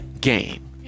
game